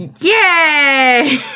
Yay